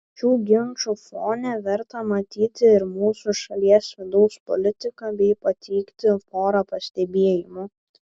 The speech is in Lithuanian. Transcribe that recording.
šių ginčų fone verta matyti ir mūsų šalies vidaus politiką bei pateikti porą pastebėjimų